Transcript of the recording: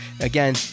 Again